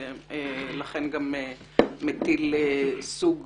ולכן, גם מטיל סוג